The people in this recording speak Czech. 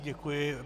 Děkuji.